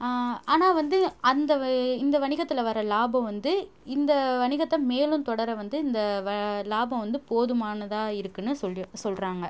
ஆனால் வந்து அந்த இந்த வணிகத்தில் வர லாபோம் வந்து இந்த வணிகத்தை மேலும் தொடர வந்து இந்த வ லாபோம் வந்து போதுமானதாக இருக்குதுனு சொல் சொல்கிறாங்க